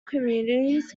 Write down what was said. communities